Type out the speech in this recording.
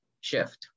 shift